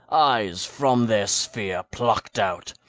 eyes from their sphere plucked out,